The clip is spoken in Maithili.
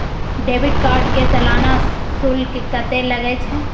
डेबिट कार्ड के सालाना शुल्क कत्ते लगे छै?